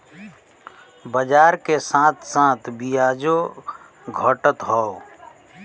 बाजार के साथ साथ बियाजो घटत हौ